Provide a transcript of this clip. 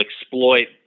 exploit